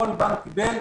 כל בנק קיבל,